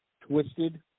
twisted